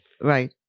Right